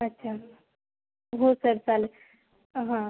अच्छा हो सर चालेल हा